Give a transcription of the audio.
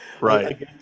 right